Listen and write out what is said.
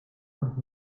und